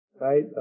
right